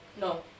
No